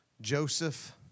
Joseph